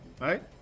right